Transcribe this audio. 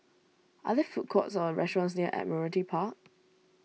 are there food courts or restaurants near Admiralty Park